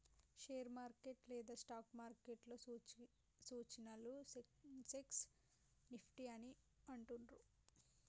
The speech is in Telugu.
షేర్ మార్కెట్ లేదా స్టాక్ మార్కెట్లో సూచీలను సెన్సెక్స్, నిఫ్టీ అని అంటుండ్రు